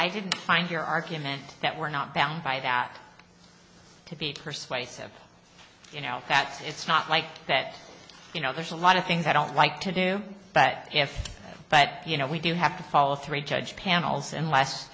i did find your argument that we're not bound by that could be persuaded you know that it's not like that you know there's a lot of things i don't like to do but but you know we do have to follow a three judge panel and l